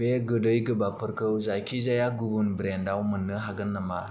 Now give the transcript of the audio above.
बे गोदै गोबाबफोरखौ जायखिजाया गुबुन ब्रेन्डआव मोननो हागोन नामा